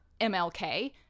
MLK